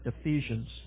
Ephesians